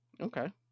Okay